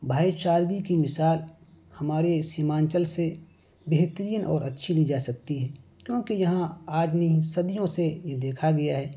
بھائی چارگی کی مثال ہمارے سیمانچل سے بہترین اور اچھی لی جا سکتی ہے کیونکہ یہاں آج نہیں صدیوں سے یہ دیکھا گیا ہے